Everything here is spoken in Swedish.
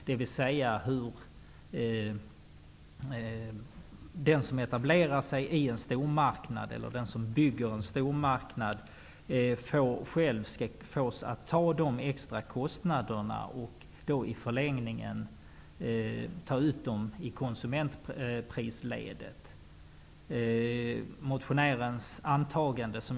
Det gäller således hur den som etablerar eller bygger en stormarknad skall fås att själv ta de extra kostnaderna och i förlängningen ta ut dem i konsumentprisledet.